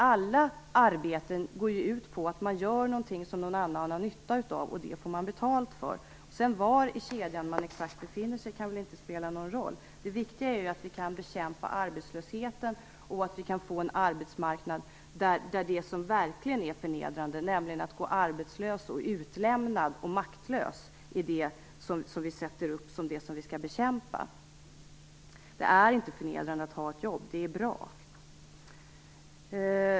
Alla arbeten går ju ut på att man gör någonting som någon annan har nytta av, och det får man betalt för. Exakt var i kedjan man befinner sig kan väl inte spela någon roll. Det viktiga är att vi kan bekämpa arbetslösheten och att vi kan få en arbetsmarknad där det som verkligen är förnedrande, nämligen att gå arbetslös, utlämnad och maktlös är det som vi skall bekämpa. Det är inte förnedrande att ha ett jobb. Det är bra.